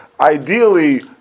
ideally